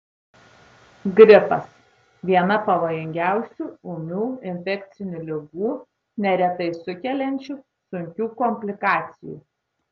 gripas viena pavojingiausių ūmių infekcinių ligų neretai sukeliančių sunkių komplikacijų